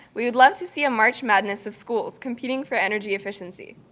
we would love to see a march madness of schools competing for energy efficiency.